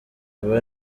aba